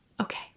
okay